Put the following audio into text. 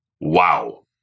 Wow